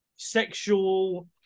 sexual